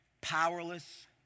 powerless